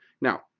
Now